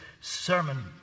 sermon